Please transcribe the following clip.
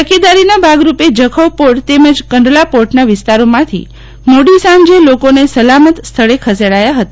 તકેદારીનાં ભાગરૂપે જખૌપોર્ટ તેમજ કંડલા પોર્ટના વિસ્તારો માંથી મોડી સાંજે લોકોને સલામત સ્થળે ખસેડાયા હતા